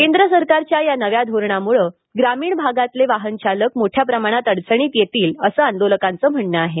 केंद्र सरकारच्या या नव्या धोरणामुळे ग्रामीण भागातील वाहन चालक मोठ्या प्रमाणात अडचणीत येतील असं आंदोलकांचं म्हणणं आहे